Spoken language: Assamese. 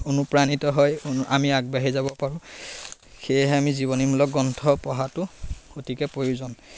অনুপ্ৰাণিত হয় আমি আগবাঢ়ি যাব পাৰোঁ সেয়েহে আমি জীৱনীমূলক গ্ৰন্থ পঢ়াটো অতিকৈ প্ৰয়োজন